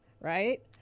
right